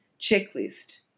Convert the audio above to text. checklist